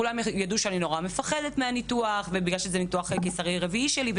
כולם ידעו שאני מאוד מפחדת מהניתוח בגלל שזה ניתוח קיסרי רביעי שלי.